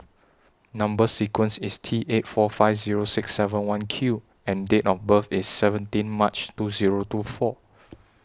Number sequence IS T eight four five Zero six seven one Q and Date of birth IS seventeen March two Zero two four